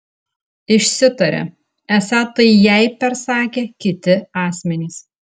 išsitarė esą tai jai persakę kiti asmenys